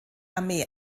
armee